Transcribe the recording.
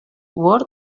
word